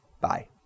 Bye